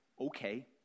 Okay